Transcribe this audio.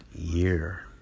year